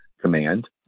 command